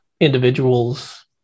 individuals